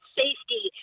safety